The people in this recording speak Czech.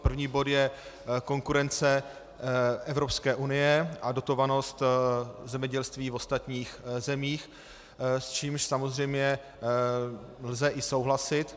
První bod je konkurence Evropské unie a dotovanost zemědělství v ostatních zemích, s čímž samozřejmě lze i souhlasit.